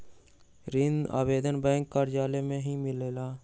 ऋण आवेदन बैंक कार्यालय मे ही मिलेला?